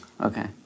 Okay